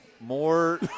More